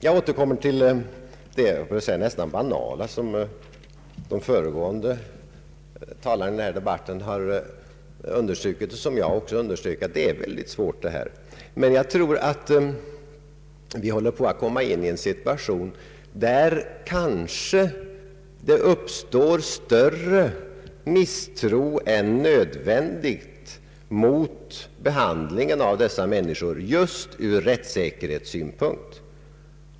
Jag återkommer till det nästan banala som de föregående talarna i den här debatten har understrukit och som jag också underströk: det här är väldigt svårt. Jag tror att vi håller på att komma in i en situation där det uppstår större misstro än nödvändigt mot behandlingen av dessa människor, just från rättssäkerhetssynpunkt.